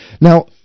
Now